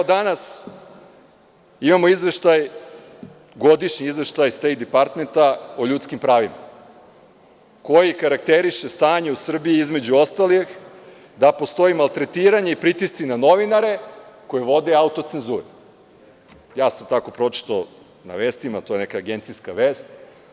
Danas imamo godišnji izveštaj „Stejt Dipartmenta“ o ljudskim pravima, koji karakteriše stanje u Srbiji, između ostalog, da postoji maltretiranje i pritisci na novinare koji vode autocenzuru, tako sam pročitao na vestima, to je neka agencijska vest.